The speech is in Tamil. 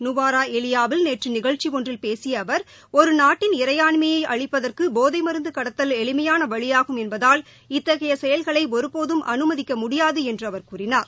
நியுவரேலியாவில் நேற்றுநிகழச்சிஒன்றில் பேசியஅவர் ஒருநாட்டின் இறையாண்மையை அழிப்பதற்கு போதை மருந்துகடத்தல் எளிமையானவழியாகும் என்பதால் இத்தகையசெயல்களைஒருபோதும் அனுமதிக்கமுடியாதுஎன்றுஅவர் கூறினார்